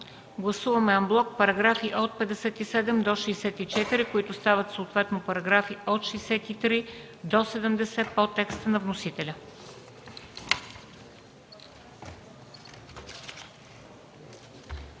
Гласуваме анблок параграфи от 57 до 64, които стават съответно параграфи от 63 до 70 по текста на вносителя.